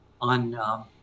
on